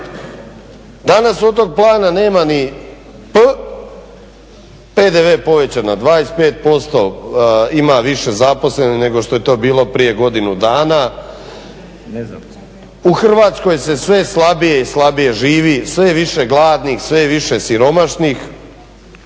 Danas od tog plana nema ni P, PDV povećan na 25%, ima više zaposlenih nego što je to bilo prije godinu dana, u Hrvatskoj se sve slabije i slabije živi, sve je više gladnih, sve je više siromašnih.